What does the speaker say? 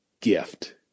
gift